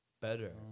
better